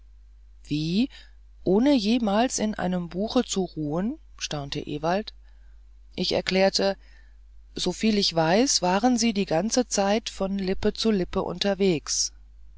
wie ohne jemals in einem buche zu ruhen staunte ewald ich erklärte soviel ich weiß waren sie die ganze zeit von lippe zu lippe unterwegs